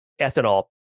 ethanol